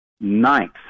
ninth